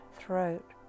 throat